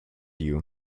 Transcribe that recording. you